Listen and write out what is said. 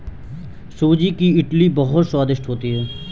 सूजी की इडली बहुत स्वादिष्ट होती है